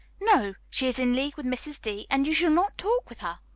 no, she is in league with mrs. d, and you shall not talk with her.